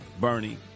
Bernie